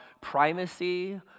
primacy